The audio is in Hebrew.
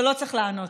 אתה לא צריך לענות.